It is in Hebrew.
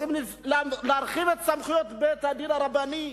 רוצים להרחיב את סמכויות בית-הדין הרבני.